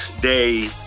day